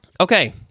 Okay